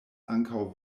ankaŭ